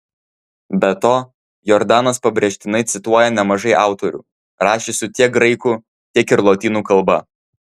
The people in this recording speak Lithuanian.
be to jordanas pabrėžtinai cituoja nemažai autorių rašiusių tiek graikų tiek ir lotynų kalba